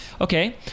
Okay